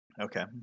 Okay